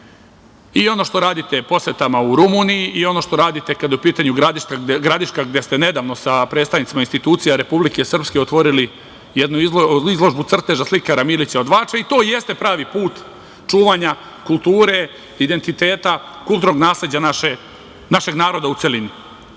I ono što radite posetama u Rumuniji, i ono što radite kada je u pitanju Gradiška, gde ste nedavno sa predstavnicima institucija Republike Srpske otvorili jednu izložbu crteža slikara Milića od Mačve i to jeste pravi put čuvanja kulture identiteta kulturnog nasleđa našeg naroda u